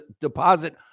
deposit